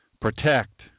protect